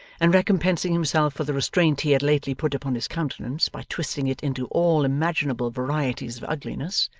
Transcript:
and recompensing himself for the restraint he had lately put upon his countenance by twisting it into all imaginable varieties of ugliness,